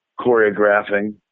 choreographing